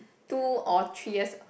two or three years